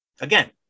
again